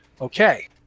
Okay